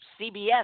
CBS